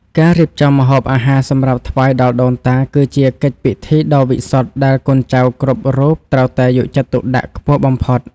ការរៀបចំម្ហូបអាហារសម្រាប់ថ្វាយដល់ដូនតា គឺជាកិច្ចពិធីដ៏វិសុទ្ធដែលកូនចៅគ្រប់រូបត្រូវតែយកចិត្តទុកដាក់ខ្ពស់បំផុត។